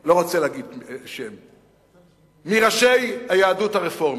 לא רוצה להגיד שם, מראשי היהדות הרפורמית.